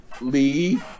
Lee